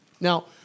Now